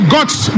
God's